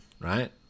right